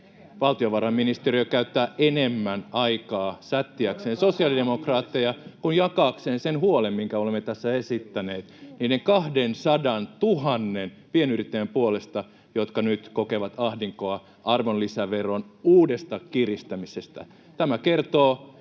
valtiovarainministeri käyttää enemmän aikaa sättiäkseen sosiaalidemokraatteja kuin jakaakseen sen huolen, minkä olemme tässä esittäneet niiden 200 000 pienyrittäjän puolesta, jotka nyt kokevat ahdinkoa arvonlisäveron uudesta kiristämisestä. Tämä kertoo